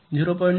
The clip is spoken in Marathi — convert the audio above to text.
5 ते 0